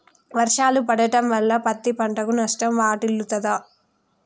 వర్షాలు పడటం వల్ల పత్తి పంటకు నష్టం వాటిల్లుతదా?